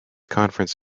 conference